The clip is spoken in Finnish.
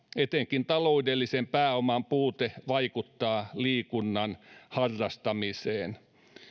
etenkin taloudellisen pääoman puute vaikuttaa liikunnan harrastamiseen